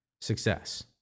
success